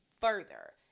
further